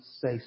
say